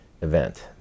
event